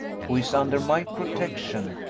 who is under my protection,